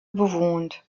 bewohnt